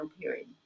period